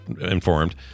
informed